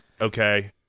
okay